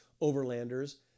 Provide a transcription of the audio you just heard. overlanders